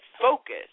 focus